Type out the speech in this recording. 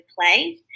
play